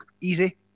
easy